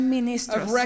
ministers